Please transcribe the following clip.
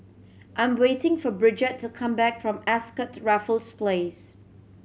I'm waiting for Bridgette to come back from Ascott Raffles Place